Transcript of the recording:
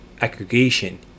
aggregation